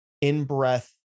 in-breath